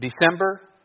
December